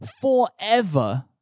forever